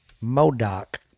Modoc